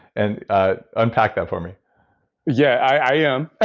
and ah unpack that for me yeah i am.